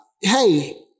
hey